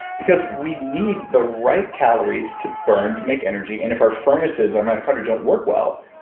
because we need the right calories to burn to make energy. and if our furnaces, our mitochondria don't work well,